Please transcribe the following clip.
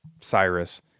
Cyrus